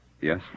Yes